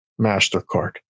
MasterCard